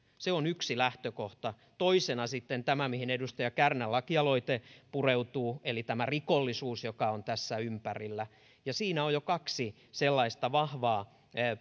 se on yksi lähtökohta toisena sitten on tämä mihin edustaja kärnän lakialoite pureutuu eli tämä rikollisuus joka on tässä ympärillä siinä on jo kaksi sellaista vahvaa